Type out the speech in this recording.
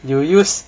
you use